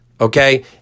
okay